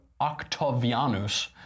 Octavianus